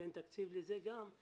שאין תקציב לזה גם,